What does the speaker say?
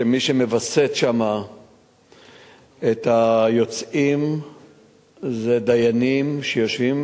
שמי שמווסת שם את היוצאים זה דיינים שיושבים,